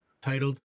titled